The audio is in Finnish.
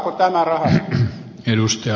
alkaako tämä rahastus